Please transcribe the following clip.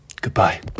Goodbye